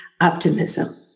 optimism